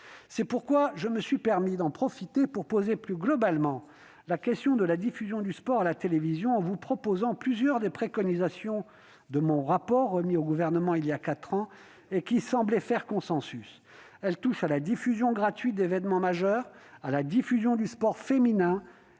C'est pourquoi je me suis permis d'en profiter pour poser plus globalement la question de la diffusion du sport à la télévision en vous proposant plusieurs des préconisations du rapport que j'ai remis au Gouvernement il y a quatre ans, car il semblait faire consensus. Excellent rapport ! Elles concernent la diffusion gratuite d'événements majeurs, la diffusion du sport féminin